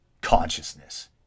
consciousness